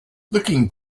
looking